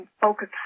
focus